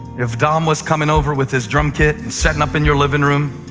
if dom was coming over with his drum kit and setting up in your living room,